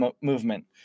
movement